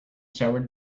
showered